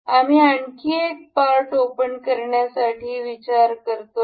आम्ही आणखी एक पार्ट ओपन करण्यासाठी विचार करूया